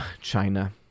China